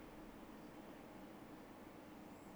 doesn't armour go germany